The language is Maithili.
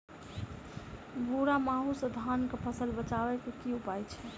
भूरा माहू सँ धान कऽ फसल बचाबै कऽ की उपाय छै?